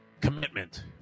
commitment